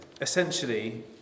Essentially